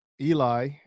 Eli